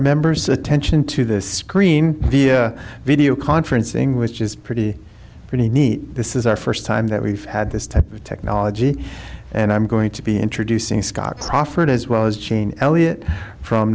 members attention to the screen via video conferencing which is pretty pretty neat this is our first time that we've had this type of technology and i'm going to be introducing scott proffered as well as jean elliott from